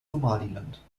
somaliland